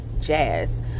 jazz